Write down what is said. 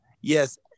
Yes